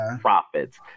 profits